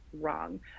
wrong